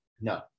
No